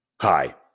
Hi